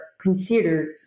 considered